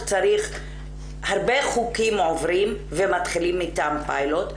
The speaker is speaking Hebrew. הרבה חוקים עוברים ומתחילים איתם פיילוט,